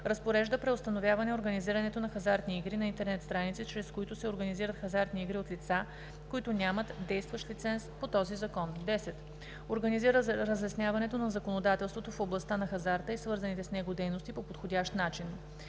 разпорежда преустановяване организирането на хазартни игри на интернет страници, чрез които се организират хазартни игри от лица, които нямат действащ лиценз по този закон; 10. организира разясняването на законодателството в областта на хазарта и свързаните с него дейности по подходящ начин;